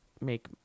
make